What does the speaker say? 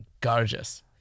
gorgeous